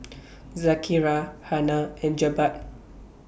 Zakaria Hana and Jebat